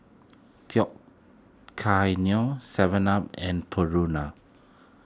Tao Kae Noi Seven Up and Purina